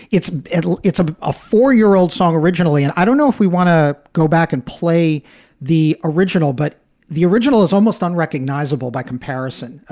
it's it's a ah ah four year old song originally. and i don't know if we want to go back and play the original, but the original is almost unrecognizable by comparison.